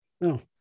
No